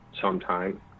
sometime